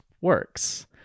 works